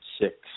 six